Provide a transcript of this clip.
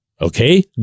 Okay